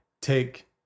take